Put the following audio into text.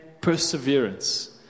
perseverance